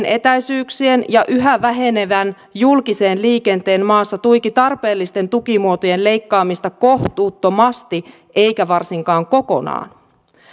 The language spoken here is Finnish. etäisyyksien ja yhä vähenevän julkisen liikenteen maassa tuiki tarpeellisten tukimuotojen leikkaamista kohtuuttomasti eikä varsinkaan kokonaan